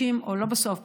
או לא בסוף,